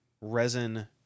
resin